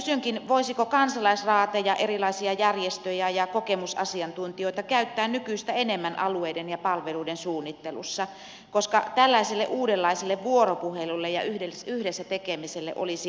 kysynkin voisiko kansalaisraateja erilaisia järjestöjä ja kokemusasiantuntijoita käyttää nykyistä enemmän alueiden ja palveluiden suunnittelussa koska tällaisille uudenlaisille vuoropuheluille ja yhdessä tekemiselle olisi selkeä tarve